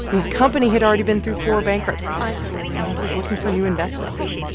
and his company had already been through four bankruptcies and was looking for new investments.